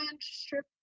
strip